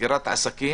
סגירת העסקים,